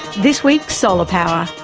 this week, solar power,